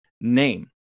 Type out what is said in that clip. name